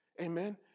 Amen